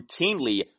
routinely